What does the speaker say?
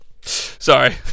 Sorry